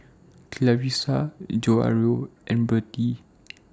Clarisa Jairo and Bertie